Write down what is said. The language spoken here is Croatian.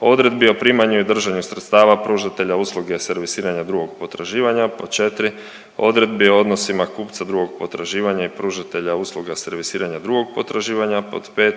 odredbi o primanju i držanju sredstava pružatelja usluge servisiranja drugog potraživanja, pod 4. odredbi o odnosima kupca drugog potraživanja i pružatelja usluga servisiranja drugog potraživanja, pod 5.